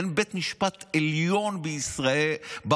אין בית משפט עליון בעולם